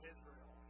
Israel